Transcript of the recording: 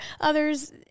others